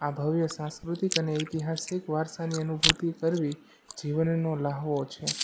આ ભવ્ય સાંસ્કૃતિક અને ઐતિહાસિક વારસાની અનુભૂતિ કરવી જીવનનો લ્હાવો છે